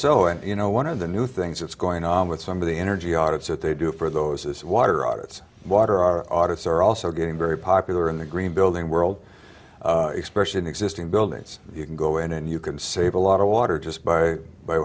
so and you know one of the new things that's going on with some of the energy audits that they do for those is water audits water our artists are also getting very popular in the green building world expression existing buildings you can go in and you can save a lot of water just by by